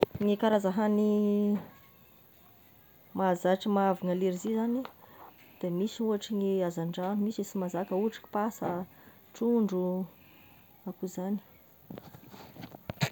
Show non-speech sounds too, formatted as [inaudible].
Ny karaza hany [hesitation] mahazatry mahavoa gny alerzia zagny, de misy ohatry ny hazandrano, de misy ny sy mahazaka ohatry ny pasa, trondro akoa zany.